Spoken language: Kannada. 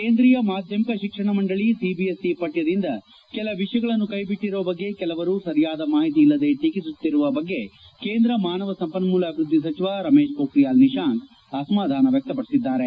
ಕೇಂದ್ರೀಯ ಮಾಧ್ಯಮಿಕ ಶಿಕ್ಷಣ ಮಂಡಳ ಸಿಬಿಎಸ್ಇ ಪಕ್ಷದಿಂದ ಕೆಲ ವಿಷಯಗಳನ್ನು ಕ್ಷೆಬಿಟ್ಸರುವ ಬಗ್ಗೆ ಕೆಲವರು ಸರಿಯಾದ ಮಾಹಿತಿ ಇಲ್ಲದೆ ಟೀಟಿಸುತ್ತಿರುವವರ ಬಗ್ಗೆ ಕೇಂದ್ರ ಮಾನವ ಸಂಪನ್ನೂಲ ಅಭಿವೃದ್ದಿ ಸಚಿವ ರಮೇಶ್ ಪೋಖ್ರಿಯಾಲ್ ನಿಶಾಂಕ್ ಅಸಮಾಧಾನ ವ್ಲಕ್ಷಪಡಿಸಿದ್ದಾರೆ